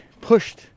pushed